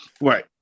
Right